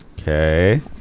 Okay